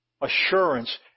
assurance